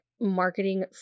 marketing